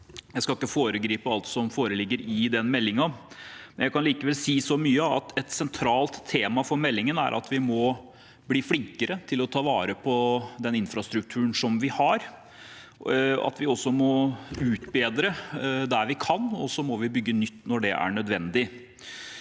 Jeg skal ikke foregripe alt som ligger i den meldingen. Jeg kan likevel si så mye som at et sentralt tema for meldingen er at vi må bli flinkere til å ta vare på den infrastrukturen vi har, vi må utbedre der vi kan, og så må vi bygge nytt når det er nødvendig.